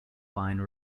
wine